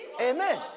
Amen